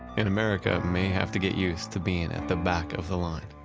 and america may have to get used to being at the back of the line